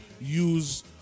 use